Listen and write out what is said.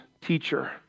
teacher